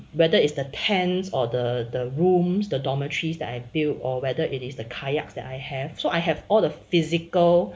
whether it's the tents or the the rooms the dormitories that I build or whether it is the kayaks that I have so I have all the physical